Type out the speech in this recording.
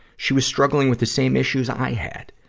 she was struggling with the same issues i had.